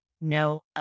no